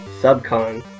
subcon